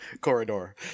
corridor